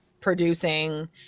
producing